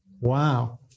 Wow